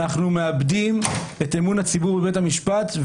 אנחנו מאבדים את אמון הציבור בבית המשפט.